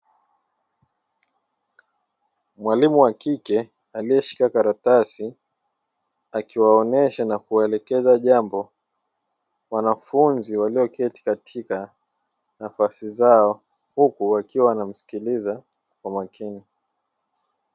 Mwalimu wa kike aliyeshika karatasi akiwaonyesha na kuwaelekeza jambo wanafunzi walioketi katika nafasi zao huku wakimsikiliza kwa makini.